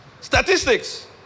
Statistics